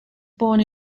born